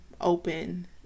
open